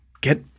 get